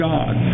God